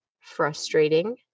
frustrating